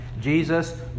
Jesus